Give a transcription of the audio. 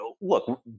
look